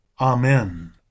amen